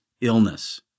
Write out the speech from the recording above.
illness